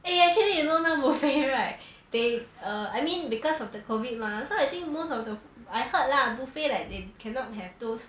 eh actually you know now buffet right they err I mean because of the covid mah so I think most of the I heard lah buffet like they cannot have those